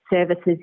services